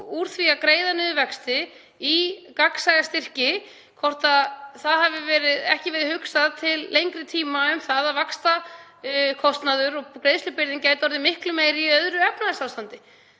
úr því að greiða niður vexti í gagnsæja styrki, hvort það hafi ekki verið hugsað til lengri tíma um að vaxtakostnaður og greiðslubyrðin gæti orðið miklu meiri í öðru efnahagsástandi.